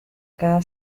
cada